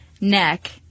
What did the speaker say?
neck